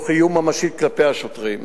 תוך איום ממשי כלפי השוטרים.